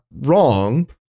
wrong